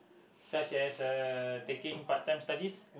such as uh taking part time studies